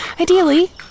Ideally